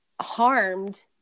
harmed